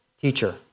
teacher